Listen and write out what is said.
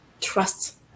trust